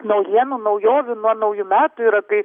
naujienų naujovių nuo naujų metų yra kai